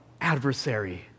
adversary